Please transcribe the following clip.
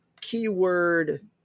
keyword